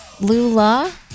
Lula